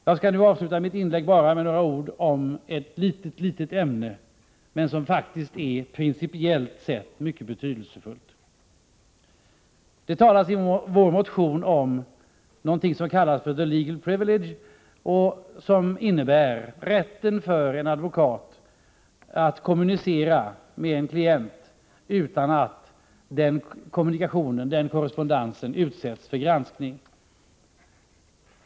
Jag skall avsluta mitt inlägg med några ord om ett litet ämne som faktiskt principiellt sätt är mycket betydelsefullt. Det talas i vår motion om något som kallas the legal privilege. Det innebär att en advokat har rätt att kommunicera med en klient utan att deras kommunikation eller korrespondens utsätts för granskning.